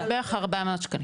בערך 400 שקלים.